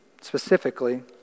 specifically